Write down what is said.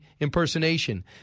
impersonation